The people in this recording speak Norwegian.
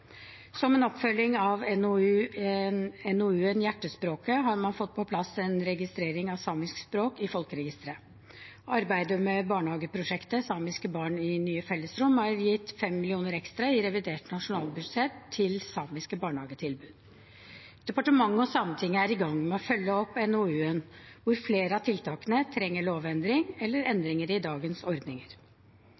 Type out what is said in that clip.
Som en oppfølging av NOU-en Hjertespråket har man fått på plass en registrering av samiske språk i folkeregisteret. Arbeidet med barnehageprosjektet «Samiske barn i nye fellesrom» har gitt 5 mill. kr ekstra i revidert nasjonalbudsjett til samiske barnehagetilbud. Departementet og Sametinget er i gang med å følge opp NOU-en, hvor flere av tiltakene trenger lovendring eller